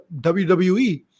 WWE